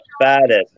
baddest